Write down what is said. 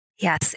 Yes